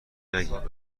نگیم